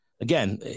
again